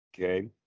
Okay